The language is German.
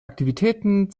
aktivitäten